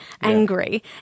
angry